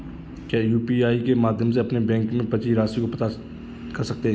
क्या यू.पी.आई के माध्यम से अपने बैंक में बची राशि को पता कर सकते हैं?